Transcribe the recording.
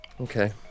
Okay